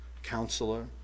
Counselor